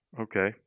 Okay